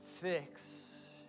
Fix